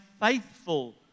faithful